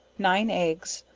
nine eggs,